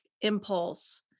impulse